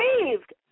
saved